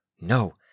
No